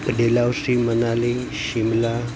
Dalhousie Manali Shimla